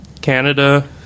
Canada